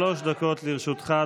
שלוש דקות לרשותך,